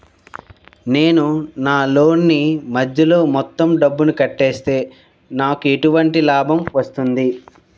నేను నా లోన్ నీ మధ్యలో మొత్తం డబ్బును కట్టేస్తే నాకు ఎటువంటి లాభం వస్తుంది?